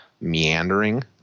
meandering